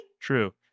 True